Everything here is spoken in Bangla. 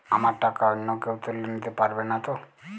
আমার টাকা অন্য কেউ তুলে নিতে পারবে নাতো?